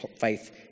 faith